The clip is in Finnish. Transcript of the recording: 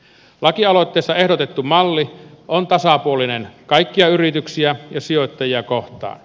lakialoitteessa ehdotettu malli on tasapuolinen kaikkia yrityksiä ja sijoittajia kohtaan